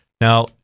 Now